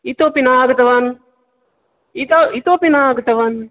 इतोऽपि न आगतवान् इतो इतोऽपि न आगतवान्